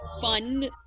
fun